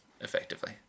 effectively